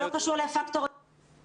זה לא קשור לפקטור --- סליחה,